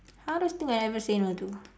hardest thing I ever say no to